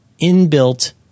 inbuilt